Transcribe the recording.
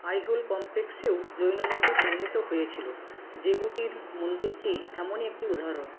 আইহোল কমপ্লেক্সেও জৈন মন্দির নির্মিত হয়েছিলো যেগুটির মন্দিরটি এমনই একটি উদাহরণ